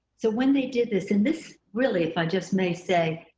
so when they did this, and this really, if i just may say,